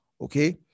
okay